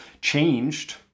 changed